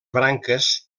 branques